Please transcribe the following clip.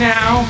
Now